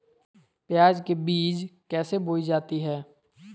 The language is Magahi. प्याज के बीज कैसे बोई जाती हैं?